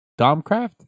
Domcraft